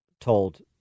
told